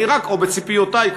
או בציפיותי,